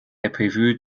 épreuves